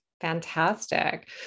Fantastic